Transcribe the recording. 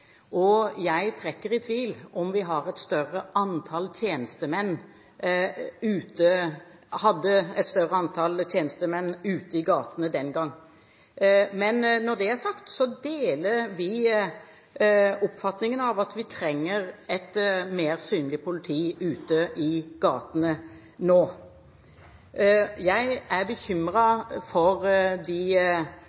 Jeg trekker i tvil om vi hadde et større antall tjenestemenn ute i gatene den gangen. Men når det er sagt, deler vi oppfatningen av at vi trenger et mer synlig politi ute i gatene nå. Jeg er